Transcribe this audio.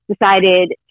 decided